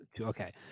Okay